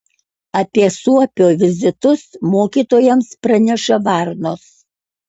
apie suopio vizitus mokytojams praneša varnos